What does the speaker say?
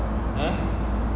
hmm